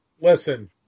listen